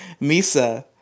Misa